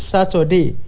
Saturday